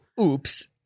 Oops